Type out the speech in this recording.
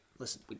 Listen